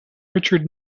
richard